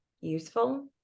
useful